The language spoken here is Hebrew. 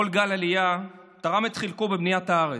כל גל עלייה תרם את חלקו בבניית הארץ,